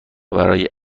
برای